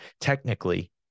technically